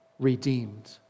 Redeemed